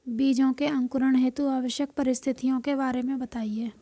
बीजों के अंकुरण हेतु आवश्यक परिस्थितियों के बारे में बताइए